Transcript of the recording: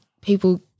people